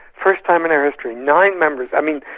first time in our history. nine members, i mean,